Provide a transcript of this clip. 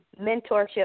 mentorship